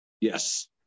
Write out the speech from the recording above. Yes